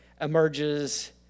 emerges